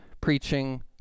preaching